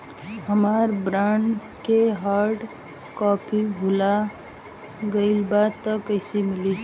हमार बॉन्ड के hard copy भुला गएलबा त कैसे मिली?